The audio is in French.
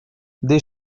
des